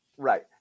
Right